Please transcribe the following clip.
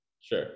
Sure